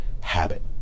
habit